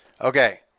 okay